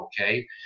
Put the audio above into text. okay